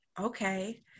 Okay